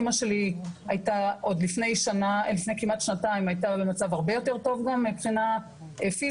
אמא שלי עד לפני כמעט שנתיים הייתה במצב הרבה יותר גם מבחינה פיזית,